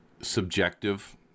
subjective